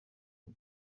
uyu